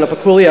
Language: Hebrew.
שמעון הפקולי,